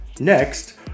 Next